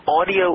audio